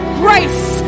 grace